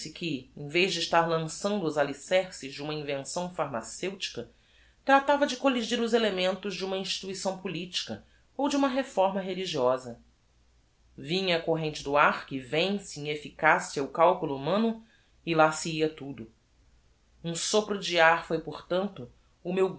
que em vez de estar lançando os alicerces de uma invenção pharmaceutica tratava de colligir os elementos de uma instituição politica ou de uma reforma religiosa vinha a corrente do ar que vence em efficacia o calculo humano e lá se ia tudo um sopro de ar foi portanto o meu